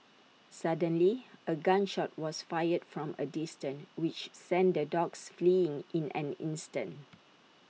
suddenly A gun shot was fired from A distance which sent the dogs fleeing in an instant